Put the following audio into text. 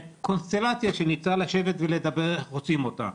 בקונסטלציה שנצטרך לשבת ולדבר איך אנחנו עושים אותה.